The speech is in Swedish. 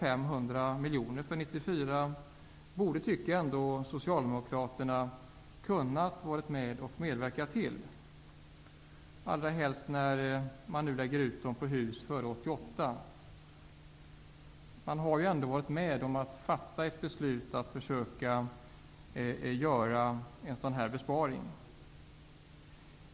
1994, tycker jag ändå att Socialdemokraterna borde ha kunnat medverka till, allra helst när den läggs på hus byggda före 1988. Socialdemokraterna har ju ändå varit med om att fatta ett beslut om att försöka göra en sådan besparing.